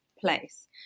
place